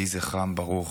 יהי זכרם ברוך.